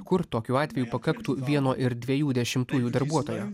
kur tokiu atveju pakaktų vieno ir dviejų dešimtųjų darbuotojo